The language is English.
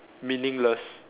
meaningless